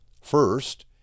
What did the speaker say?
First